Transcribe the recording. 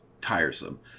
tiresome